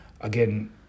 again